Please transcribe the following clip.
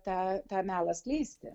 tą tą melą skleisti